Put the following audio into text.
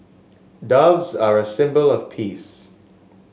doves are a symbol of peace